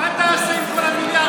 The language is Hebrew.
מה תעשה עם כל המיליארדים?